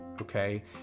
okay